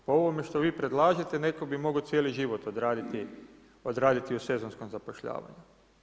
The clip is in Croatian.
Po ovome što vi predlažete neko bi mogao cijeli život odraditi u sezonskom zapošljavanju.